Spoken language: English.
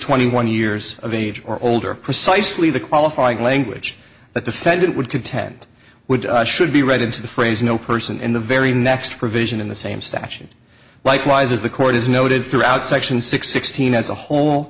twenty one years of age or older precisely the qualifying language the defendant would contend with should be read into the phrase no person in the very next provision in the same statute likewise is the court is noted throughout section six sixteen as a whole